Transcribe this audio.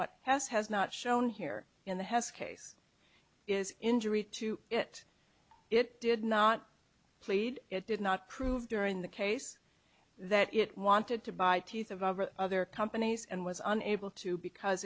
what has has not shown here in the hess case is injury to it it did not plead it did not prove during the case that it wanted to buy teeth of over other companies and was unable to because